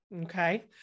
okay